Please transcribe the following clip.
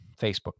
Facebook